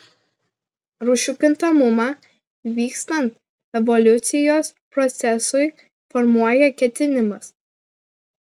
rūšių kintamumą vykstant evoliucijos procesui formuoja ketinimas